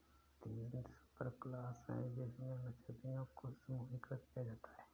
तीन सुपरक्लास है जिनमें मछलियों को समूहीकृत किया जाता है